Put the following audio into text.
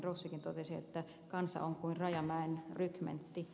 rossikin totesi että kansa on kuin rajamäen rykmentti